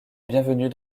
bienvenue